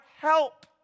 help